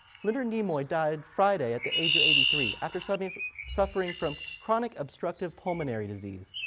leonard nimoy died friday at the age of eighty three after suffering suffering from chronic obstructive pulonary disease.